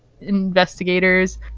investigators